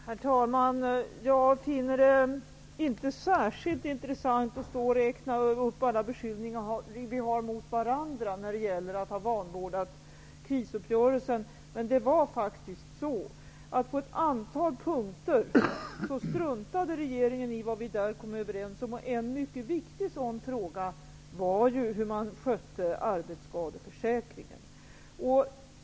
Herr talman! Jag finner det inte särskilt intressant att räkna upp alla beskyllningar vi har mot varandra när det gäller att ha vanvårdat krisuppgörelsen. Men på ett antal punkter struntade faktiskt regeringen i vad vi där kom överens om. En mycket viktig sådan fråga var hur man skötte arbetsskadeförsäkringen.